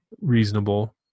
reasonable